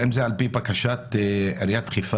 אם זה על פי בקשת עיריית חיפה,